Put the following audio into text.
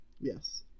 yes